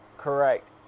Correct